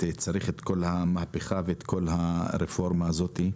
צריך את כל המהפכה ואת כל הרפורמה הזאת.